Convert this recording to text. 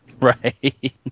Right